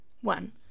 One